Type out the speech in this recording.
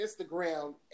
Instagram